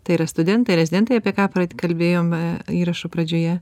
tai yra studentai rezidentai apie ką kalbėjome įrašo pradžioje